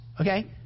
okay